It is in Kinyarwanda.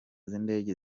z’indege